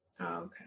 Okay